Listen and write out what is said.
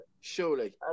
Surely